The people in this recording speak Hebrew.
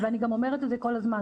ואני גם אומרת את זה כלל הזמן.